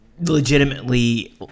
legitimately